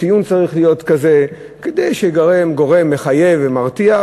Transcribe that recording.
הציון צריך להיות כזה כדי שיהווה גורם מחייב ומרתיע.